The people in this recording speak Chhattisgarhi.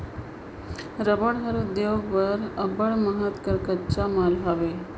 रबड़ हर उद्योग बर अब्बड़ महत कर कच्चा माल हवे